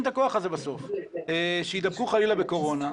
את הכוח הזה בסוף - שיידבקו חלילה בקורונה,